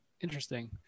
interesting